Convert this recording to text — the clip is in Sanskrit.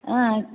हा